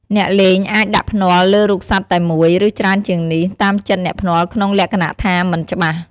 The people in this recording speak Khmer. អ្នកលេងអាចដាក់ភ្នាល់លើរូបសត្វតែមួយ ឬច្រើនជាងនេះ តាមចិត្តអ្នកភ្នាល់ក្នុងលក្ខណៈថា មិនច្បាស់។